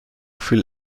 viel